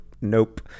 nope